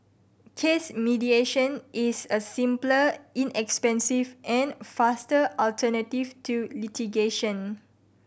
case mediation is a simpler inexpensive and faster alternative to litigation